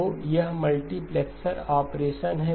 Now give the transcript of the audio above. तो यह multiplexer operation है